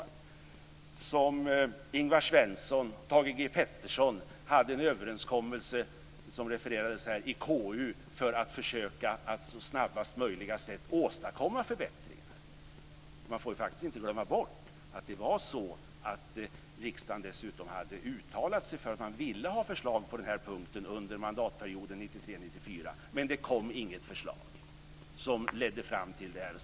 Ingvar Svensson och Thage G Peterson träffade då en överenskommelse i KU för att försöka att på snabbast möjliga sätt åstadkomma förbättringar. Man får inte heller glömma bort att riksdagen dessutom hade uttalat sig för att man ville ha förslag på den här punkten under mandatperioden 1991-1994, men det kom inget förslag som ledde fram till någonting.